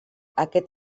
aquest